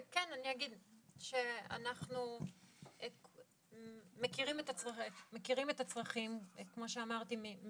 אני אגיד שאנחנו מכירים את הצרכים, כמו שאמרתי,